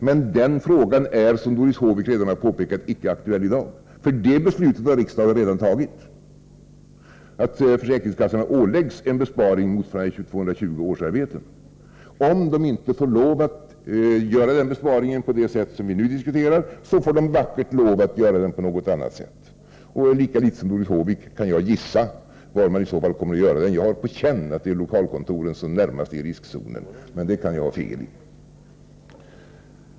Men den frågan är, som Doris Håvik redan har påpekat, inte aktuell i dag. Riksdagen har redan fattat beslutet att försäkringskassorna åläggs att uppnå en besparing motsvarande 220 helårsarbeten. Om de inte får lov att göra detta på det sätt som vi nu diskuterar, får de vackert lova att göra det på något annat sätt. Lika litet som Doris Håvik kan jag gissa var man i så fall kommer att dra ner. Jag har på känn att det är lokalkontoren som närmast är i riskzonen, men där kan jag ha fel.